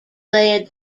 led